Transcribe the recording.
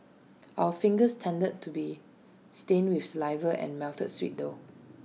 our fingers tended to be stained with saliva and melted sweet though